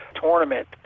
tournament